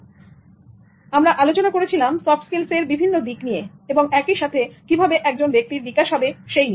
ঠিক আছে আমরা আলোচনা করেছিলাম সফট স্কিলস এর বিভিন্ন দিক নিয়ে এবং একইসাথে কিভাবে একজন ব্যক্তির বিকাশ হবে সেই নিয়ে